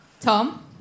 Tom